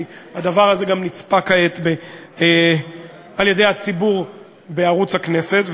כי הדבר הזה גם צופה בו כעת הציבור בערוץ הכנסת,